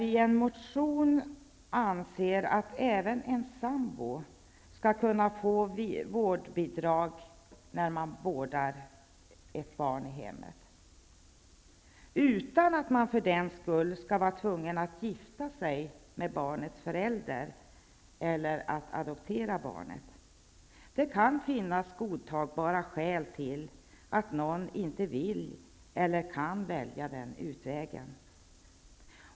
I en motion säger vi att även en sambo skall kunna få vårdbidrag när man vårdar ett barn i hemmet, utan att man för den skull skall vara tvungen att gifta sig med barnets förälder eller adoptera barnet. Det kan finnas godtagbara skäl till att någon inte vill eller kan välja den utvägen.